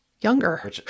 Younger